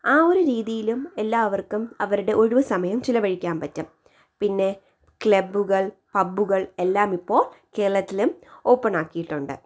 ആ ഒരു രീതിയിലും എല്ലാവർക്കും അവരുടെ ഒഴിവു സമയം ചിലവഴിക്കാൻ പറ്റും പിന്നെ ക്ലബ്ബുകൾ പബ്ബുകൾ എല്ലാമിപ്പോൾ കേരളത്തിലും ഓപ്പണാക്കിയിട്ടുണ്ട്